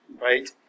Right